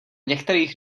některých